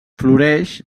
floreix